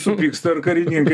supyksta ir karininkai